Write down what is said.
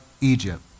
Egypt